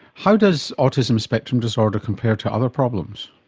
how does autism spectrum disorder compare to other problems?